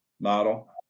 model